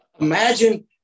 imagine